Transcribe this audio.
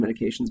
medications